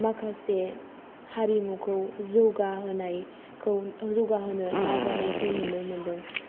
माखासे हारिमुखौ जौगाहोनायखौ जौगाहोनो नाजानायखौ नुनो मोनदों